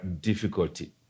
difficulty